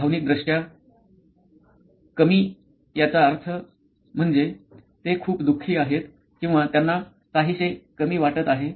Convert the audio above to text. भावनिकदृष्ट्या कमी याचा अर्थ म्हणजे ते खूप दु खी आहेत किंवा त्यांना काहीसे कमी वाटत आहे